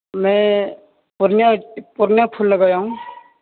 میں پورنیہ پورنیہ پھون لگایا ہوں